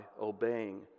obeying